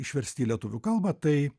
išversti į lietuvių kalbą tai